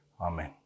Amen